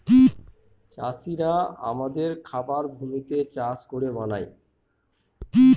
চাষিরা আমাদের খাবার ভূমিতে চাষ করে বানায়